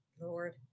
Lord